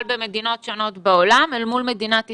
במדינות שונות בעולם אל מול מדינת ישראל,